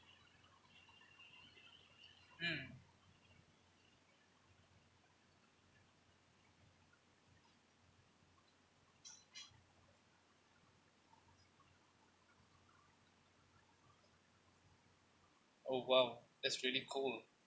mm oh !wow! that's really cold